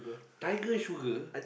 Tiger-Sugar